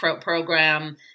program